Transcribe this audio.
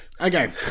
Okay